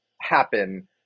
happen